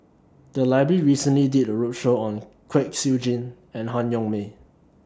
The Library recently did A roadshow on Kwek Siew Jin and Han Yong May